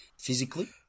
physically